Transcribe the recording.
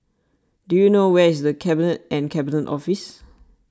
do you know where is the Cabinet and Cabinet Office